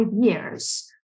years